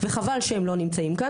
וחבל שהם לא נמצאים כאן,